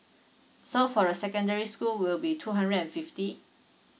so for a secondary school will be two hundred and fifty